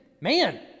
man